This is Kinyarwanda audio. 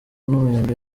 n’umuyaga